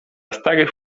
starych